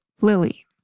Lily